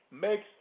makes